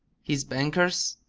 his bankers?